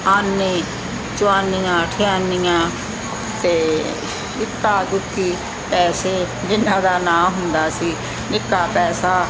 ਆਨੇ ਚੁਆਨੀਆਂ ਅਠਿਆਨੀਆਂ ਅਤੇ ਇੱਕਾ ਦੁੱਕੀ ਪੈਸੇ ਜਿਹਨਾਂ ਦਾ ਨਾਮ ਹੁੰਦਾ ਸੀ ਨਿੱਕਾ ਪੈਸਾ